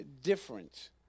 different